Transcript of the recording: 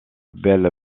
belle